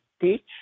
teach